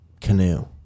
canoe